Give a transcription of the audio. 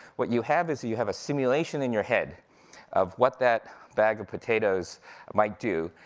what you have is you have a simulation in your head of what that bag of potatoes might do,